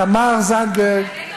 תמר זנדברג,